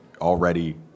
already